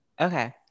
Okay